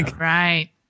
right